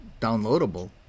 downloadable